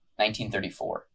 1934